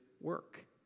work